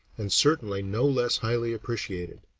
and certainly no less highly appreciated.